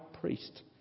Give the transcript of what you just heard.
priest